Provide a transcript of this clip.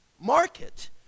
market